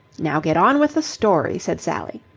now get on with the story, said sally.